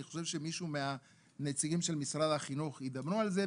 אני חושב שמישהו מהנציגים של משרד החינוך ידבר על זה.